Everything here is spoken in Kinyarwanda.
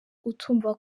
utumva